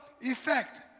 effect